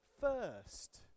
first